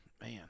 man